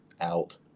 out